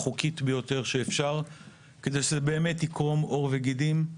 החוקית ביותר שאפשר כדי שזה באמת יקרום עור וגידים.